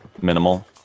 Minimal